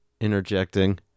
interjecting